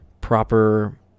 proper